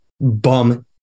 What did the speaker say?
bum